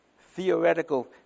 Theoretical